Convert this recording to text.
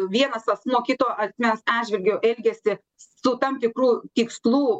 vienas asmuo kito asmens atžvilgiu elgiasi su tam tikru tikslu